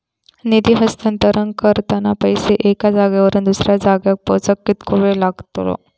निधी हस्तांतरण करताना पैसे एक्या जाग्यावरून दुसऱ्या जाग्यार पोचाक कितको वेळ लागतलो?